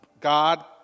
God